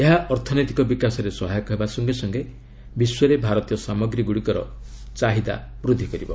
ଏହା ଅର୍ଥନୈତିକ ବିକାଶରେ ସହାୟକ ହେବା ସଙ୍ଗେ ସଙ୍ଗେ ବିଶ୍ୱରେ ଭାରତୀୟ ସାମଗ୍ରୀ ଗୁଡ଼ିକର ଚାହିଦା ବୃଦ୍ଧି ପାଉଛି